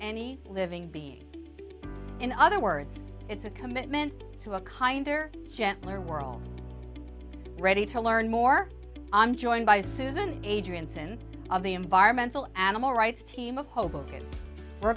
being in other words it's a commitment to a kinder gentler world ready to learn more i'm joined by susan adrian susan of the environmental animal rights team of hoboken we're